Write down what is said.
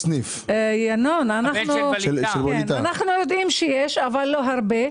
אנחנו יודעים שיש, רק לא הרבה.